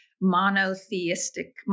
monotheistic